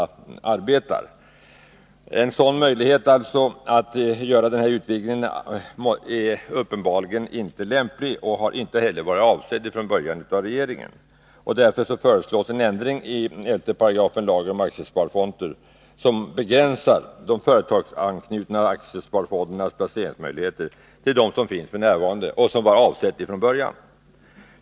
En sådan möjlighet är uppenbarligen inte lämplig, och den torde inte heller ha varit avsedd av regeringen. Därför föreslår utskottet en ändring i 11 § lagen om aktiesparfonder som begränsar de företagsanknutna aktiesparfondernas placeringsmöjligheter till dem som finns f. n. — det var ju från början avsett att vara så.